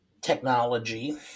technology